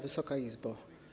Wysoka Izbo!